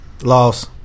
Loss